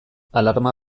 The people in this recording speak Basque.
alarma